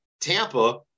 Tampa